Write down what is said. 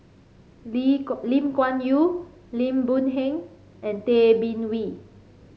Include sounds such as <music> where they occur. <unintelligible> Lim Kuan Yew Lim Boon Heng and Tay Bin Wee